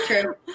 True